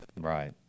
Right